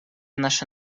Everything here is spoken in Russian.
наше